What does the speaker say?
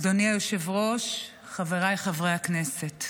אדוני היושב-ראש, חבריי חברי הכנסת,